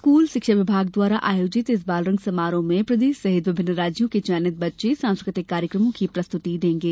school शिक्षा विभाग द्वारा आयोजित इस बालरंग समारोह में प्रदेश सहित विभिन्न राज्यों के चयनित बच्चे सांस्कृतिक कार्यक्रमों की प्रस्तुति देंगे